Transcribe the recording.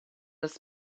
his